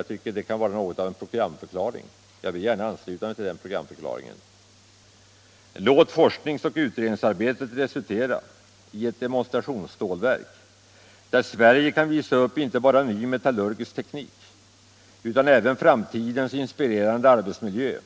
Jag tycker att det kan vara en programförklaring, och jag vill gärna ansluta mig till den programförklaringen: ”Låt forskningsoch utredningsarbetet resultera i ett demonstrationsstålverk, där Sverige kan visa upp inte bara ny metallurgisk teknik utan även framtidens inspirerande arbetsmiljö,